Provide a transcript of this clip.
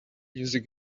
music